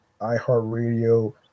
iHeartRadio